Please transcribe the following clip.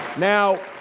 now,